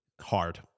Hard